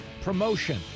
promotion